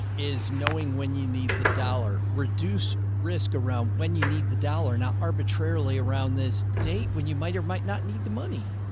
is knowing when you need the dollar reduce risk around when you need the dollar. now arbitrarily around this date, when you might or might not need the money,